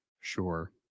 Sure